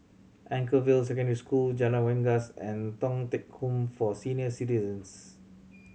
Anchorvale Secondary School Jalan Rengas and Thong Teck Home for Senior Citizens